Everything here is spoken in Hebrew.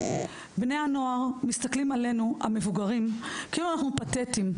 בני הנוער מסתכלים עלינו על מבוגרים כאילו אנחנו פאתטיים.